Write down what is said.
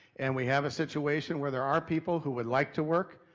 and we have a situation where there are people who would like to work,